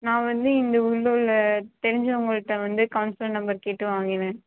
நான் வந்து இந்த உள்ளூரில் தெரிஞ்சவங்கள்கிட்ட வந்து கவுன்சிலர் நம்பர் கேட்டு வாங்கினேன்